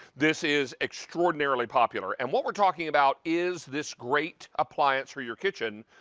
this is extraordinarily popular. and what we're talking about is this great appliance for your kitchen.